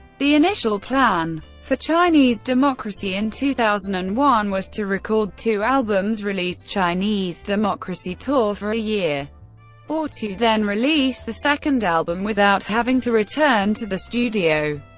the initial plan for chinese democracy in two thousand and one was to record two albums, release chinese democracy, tour for a year or two, then release the second album without having to return return to the studio.